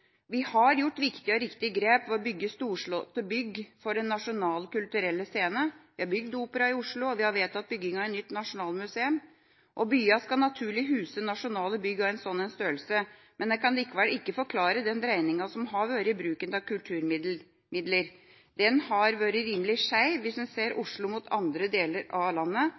vi forsterker grunnmuren. Vi har tatt viktige og riktige grep ved å bygge storslåtte bygg for den nasjonale kulturelle scene. Vi har bygd opera i Oslo, og vi har vedtatt bygging av et nytt nasjonalmuseum. Byene skal naturlig huse nasjonale bygg av en slik størrelse. Det kan likevel ikke forklare dreiinga i bruken av kulturmidler. Den har vært rimelig skjev – hvis en ser Oslo opp mot andre deler av landet.